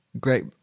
great